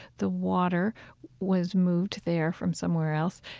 the water was moved there from somewhere else.